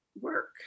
work